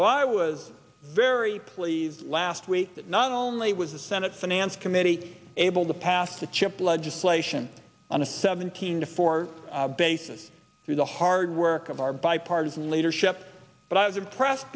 well i was very pleased last week that not only was the senate finance committee able to pass to chip bludge play ssion on a seventeen to four basis through the hard work of our bipartisan leadership but i was impressed